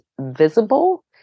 visible